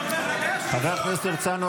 אתה אומר עליה שהיא ------ חבר הכנסת הרצנו,